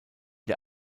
der